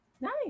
Nice